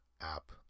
app